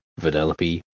Vanellope